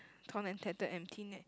torn and tattered empty net